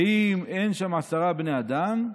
ואם אין שם עשרה בני אדם,